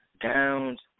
Downs